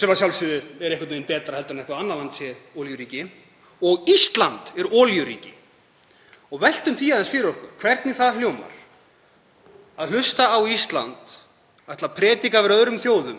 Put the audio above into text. sem að sjálfsögðu er einhvern veginn betra en að eitthvert annað land sé olíuríki, og Ísland er olíuríki. Veltum því aðeins fyrir okkur hvernig það hljómar að hlusta á Ísland ætla að predika yfir öðrum þjóðum